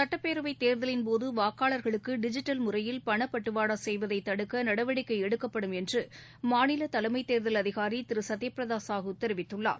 சட்டப்பேரவைத்தேர்தலின்போது வாக்காளர்களுக்கு டிஜிட்டல் முறையில் பணப்பட்டுவாடா செய்வதை தடுக்க நடவடிக்கை எடுக்கப்படும் என்று மாநில தலைமைத்தேர்தல் அதிகாரி திரு சத்யபிரத சாஹூ தெரிவித்துள்ளார்